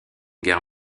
guerre